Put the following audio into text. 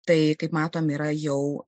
tai kaip matome yra jau